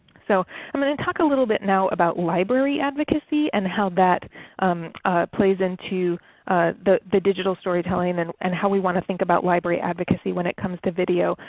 so i'm going to talk a little bit now about library advocacy, and how that plays into the the digital storytelling, and and how we want to think about library advocacy when it comes to video.